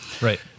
Right